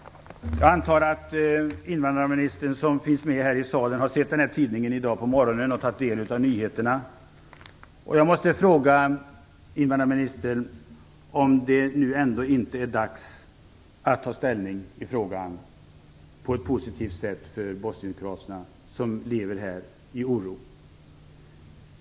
Jag antar att invandrarministern, som finns här i salen, har läst tidningen i dag på morgonen och tagit del av nyheterna. Jag måste fråga invandrarministern om det nu ändå inte är dags att ta ställning på ett positivt sätt för de bosnienkroater som lever här i oro.